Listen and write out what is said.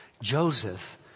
Joseph